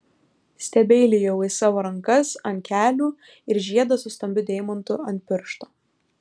stebeilijau į savo rankas ant kelių ir žiedą su stambiu deimantu ant piršto